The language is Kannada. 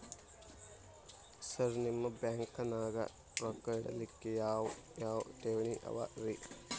ಸರ್ ನಿಮ್ಮ ಬ್ಯಾಂಕನಾಗ ರೊಕ್ಕ ಇಡಲಿಕ್ಕೆ ಯಾವ್ ಯಾವ್ ಠೇವಣಿ ಅವ ರಿ?